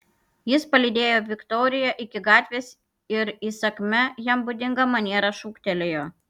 jis palydėjo viktoriją iki gatvės ir įsakmia jam būdinga maniera šūktelėjo